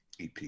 EP